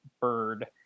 bird